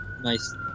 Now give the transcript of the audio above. nice